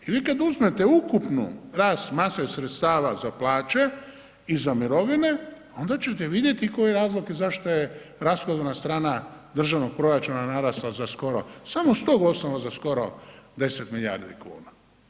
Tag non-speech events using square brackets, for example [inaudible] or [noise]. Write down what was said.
I vi kad uzmete ukupnu, rast ... [unintelligible] sredstava za plaće i za mirovine onda ćete vidjeti koji razlog i zašto je rashodovna strana državnog proračuna narasla za skoro, samo s tog osnova za skoro 10 milijardi kuna.